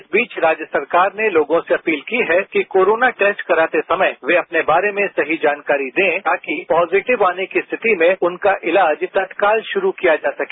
इस बीच राज्य सरकार ने लोगों से अपील की है कि कोरोना टेस्ट कराते समय वे अपने बारे में सही जानकारी दें ताकि पॉजीटिव आने की स्थिति में उनका इलाज तत्काल शुरू किया जा सके